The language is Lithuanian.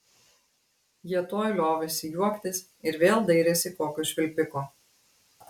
jie tuoj liovėsi juoktis ir vėl dairėsi kokio švilpiko